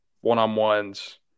one-on-ones